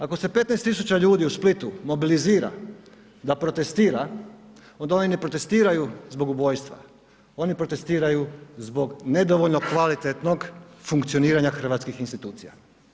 Ako se 15 000 ljudi u Splitu mobilizira da protestira onda oni ne protestiraju zbog ubojstva, oni protestiraju zbog nedovoljno kvalitetnog funkcioniranja hrvatskih institucija.